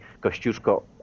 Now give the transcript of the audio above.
Kościuszko